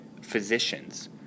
physicians